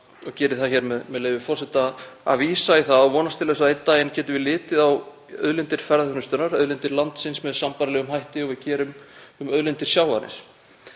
og geri það hér með leyfi forseta, að vísa í það og vonast til að einn daginn getum við litið á auðlindir ferðaþjónustunnar, auðlindir landsins, með sambærilegum hætti og við gerum með auðlindir sjávarins